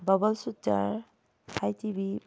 ꯕꯕꯜ ꯁꯨꯠꯇꯔ ꯍꯥꯏ ꯇꯤꯚꯤ